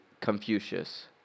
Confucius